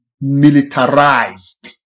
militarized